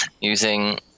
using